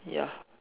ya